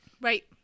Right